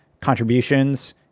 contributions